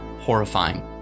horrifying